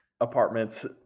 apartments